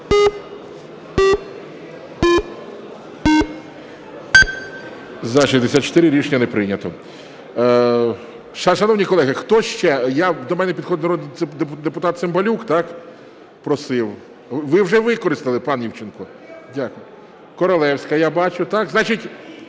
За-64 Рішення не прийнято. Шановні колеги, хто ще? До мене підходив народний депутат Цимбалюк – так? – просив. Ви вже використали, пан Івченко. Королевська, я бачу – так? (Шум